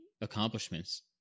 accomplishments